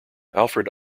alfred